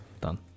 Done